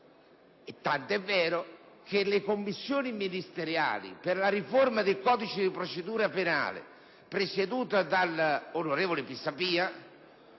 Tant'é vero che la commissione ministeriale per la riforma del codice penale, presieduta dall'onorevole Pisapia,